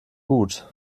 gut